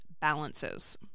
balances